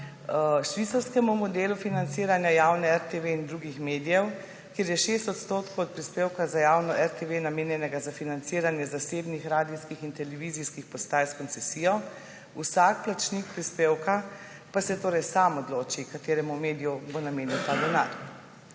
švicarskemu modelu financiranja javne RTV in drugih medijev, kjer je 6 % od prispevka za javno RTV namenjenih za financiranje zasebnih radijskih in televizijskih postaj s koncesijo, vsak plačnik prispevka pa se sam odloči, kateremu mediju bo namenil ta denar.